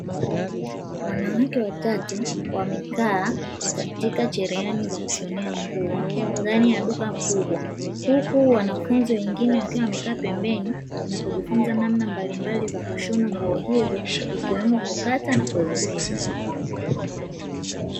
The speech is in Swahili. Wanawake watatu wamekaa katika cherehani za kushonea nguo ndani ya duka kubwa, huku wanafunzi wengine wakiwa wamekaa pembeni na kujifunza namna mbalimbali za kushona nguo hizo ikiwemo kuzikata na kuzipima.